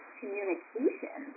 communication